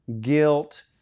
guilt